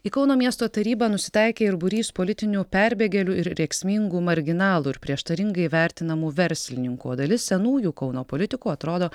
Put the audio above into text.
į kauno miesto tarybą nusitaikė ir būrys politinių perbėgėlių ir rėksmingų marginalų ir prieštaringai vertinamų verslininkų o dalis senųjų kauno politikų atrodo